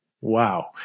wow